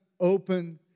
open